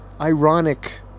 ironic